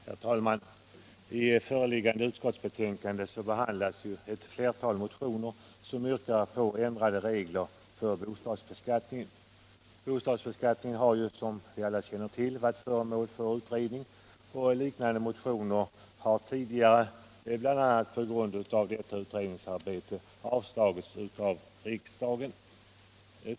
Herr talman! I föreliggande utskottsbetänkande behandlas ett flertal motioner, som yrkar på ändrade regler för bostadsbeskattningen. Bostadsbeskattningen har, som vi alla känner till, varit föremål för utredningar, och liknande motioner har tidigare, bl.a. på grund av detta utredningsarbete, avslagits av riksdagen.